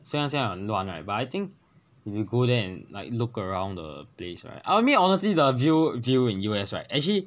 乡下很乱 right but I think if you go there and like look around the place right I mean honestly the view view in U_S right actually